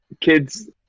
kids